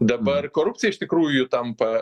dabar korupcija iš tikrųjų tampa